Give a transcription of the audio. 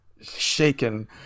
shaken